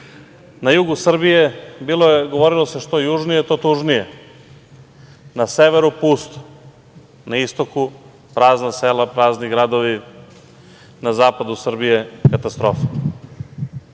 Na jugu Srbije, govorilo se – što južnije, to tužnije, na severu pusto, na istoku prazna sela, prazni gradovi, na zapadu Srbije katastrofa,